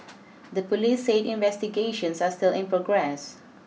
the police said investigations are still in progress